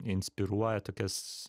inspiruoja tokias